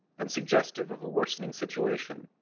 and suggestive of a worsening situation,